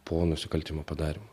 po nusikaltimo padarymo